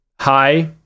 hi